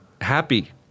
happy